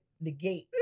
negate